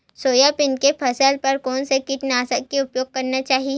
Soybean के फसल बर कोन से कीटनाशक के उपयोग करना चाहि?